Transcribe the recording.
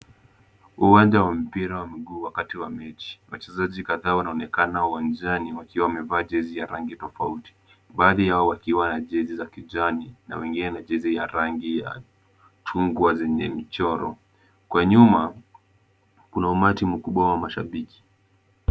Uwanja wa mpira wa miguu wakati wa mechi. Wachezaji kadhaa wanaonekana uwanjani wakiwa wamevaa jezi ya rangi tofauti baadhi yao wakiwa na jezi za kijani na wengine jezi ya rangi ya chungwa zenye mchoro. Kwa nyuma kuna umati mkubwa wa mashabiki.